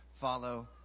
follow